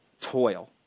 toil